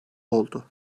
oldu